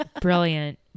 Brilliant